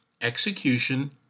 execution